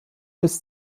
bis